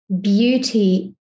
beauty